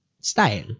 style